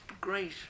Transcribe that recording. great